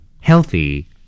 Healthy